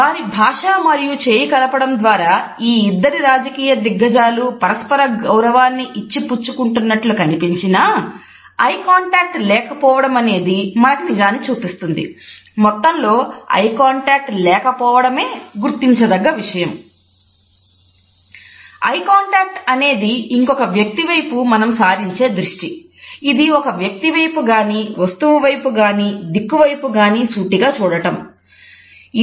వారి భాష మరియు చేయికలపడం ద్వారా ఈ ఇద్దరు రాజకీయ దిగ్గజాలు పరస్పర గౌరవాన్ని ఇచ్చిపుచ్చుకుంటున్నట్లు కనిపించినా ఐ కాంటాక్ట్ లేకపోవడమే గుర్తించదగ్గ విషయమయ్యింది